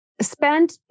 spent